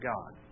God